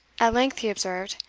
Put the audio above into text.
at length he observed,